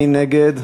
מי נגד?